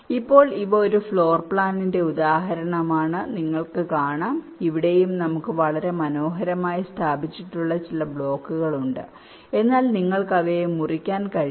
ഇപ്പോൾ ഇവ ഒരു ഫ്ലോർ പ്ലാനിന്റെ ഉദാഹരണമാണ് നിങ്ങൾക്ക് കാണാം ഇവിടെയും നമുക്ക് വളരെ മനോഹരമായി സ്ഥാപിച്ചിട്ടുള്ള ചില ബ്ലോക്കുകൾ ഉണ്ട് എന്നാൽ നിങ്ങൾക്ക് അവയെ മുറിക്കാൻ കഴിയില്ല